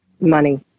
money